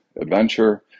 adventure